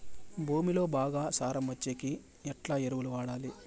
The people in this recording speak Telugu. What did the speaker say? భూమిలో బాగా సారం వచ్చేకి ఎట్లా ఎరువులు వాడాలి?